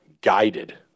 guided